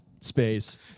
space